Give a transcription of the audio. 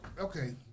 okay